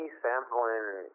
sampling